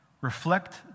reflect